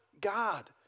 God